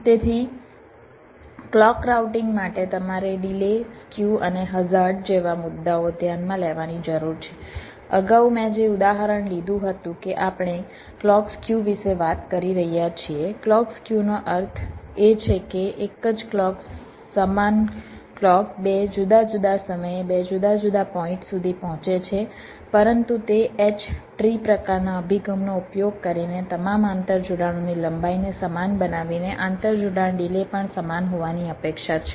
તેથી clock routing માટે તમારે ડિલે સ્ક્યુ અને હઝાર્ડ જેવા મુદ્દાઓ ધ્યાનમાં લેવાની જરૂર છે અગાઉ મેં જે ઉદાહરણ લીધું હતું તે આપણે ક્લૉક સ્ક્યુ વિશે વાત કરી રહ્યા છીએ ક્લૉક સ્ક્યુનો અર્થ એ છે કે એક જ ક્લૉક સમાન ક્લૉક 2 જુદા જુદા સમયે 2 જુદા જુદા પોઈન્ટ સુધી પહોંચે છે પરંતુ તે H ટ્રી પ્રકારના અભિગમનો ઉપયોગ કરીને તમામ આંતરજોડાણોની લંબાઈને સમાન બનાવીને આંતરજોડાણ ડિલે પણ સમાન હોવાની અપેક્ષા છે